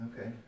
Okay